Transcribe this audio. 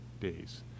days